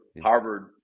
Harvard